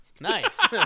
Nice